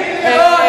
הצחקת אותו.